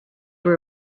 were